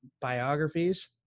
biographies